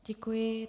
Děkuji.